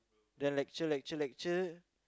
then lecture lecture lecture